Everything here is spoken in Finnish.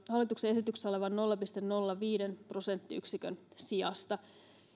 hallituksen esityksessä olevan nolla pilkku nolla viisi prosenttiyksikön sijasta